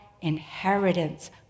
inheritance